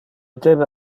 debe